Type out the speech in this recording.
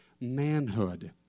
manhood